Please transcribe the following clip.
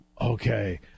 okay